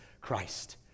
Christ